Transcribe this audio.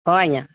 ହଁ ଆଜ୍ଞା